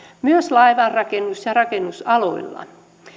myös laivanrakennus ja rakennusaloilla